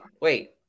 wait